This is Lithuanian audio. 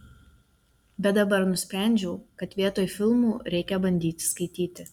bet dabar nusprendžiau kad vietoj filmų reikia bandyti skaityti